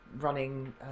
running